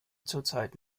zurzeit